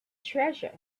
treasure